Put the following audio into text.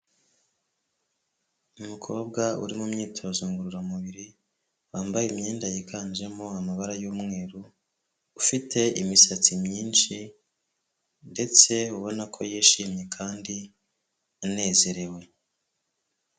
Umukobwa uri mu myitozo ngororamubiri wambaye imyenda yiganjemo amabara y'umweru ufite imisatsi myinshi ndetse ubona ko yishimye kandi anezerewe.